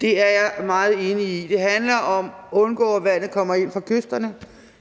Det er jeg meget enig i. Det handler om at undgå, at vandet kommer ind fra kysterne.